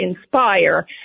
inspire